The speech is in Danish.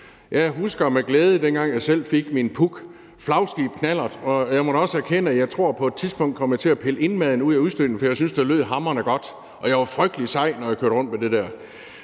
Jeg husker med glæde, dengang jeg selv fik min Puch Flagskib-knallert, og jeg må også erkende, at jeg tror, at jeg på et tidspunkt kom til at pille indmaden ud af udstødningen, fordi jeg syntes, at det lød hamrende godt og jeg var frygtelig sej, når jeg kørte rundt med den.